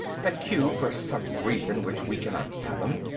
that q for some reason which we cannot fathom,